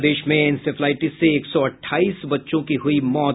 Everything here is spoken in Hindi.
प्रदेश में इंसेफ्लाईटिस से एक सौ अठाईस बच्चों की हुई मौत